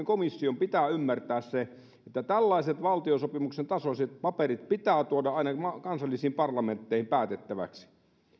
komission pitää ymmärtää se että tällaiset valtiosopimuksen tasoiset paperit pitää tuoda eduskuntaan ja aina kansallisiin parlamentteihin päätettäviksi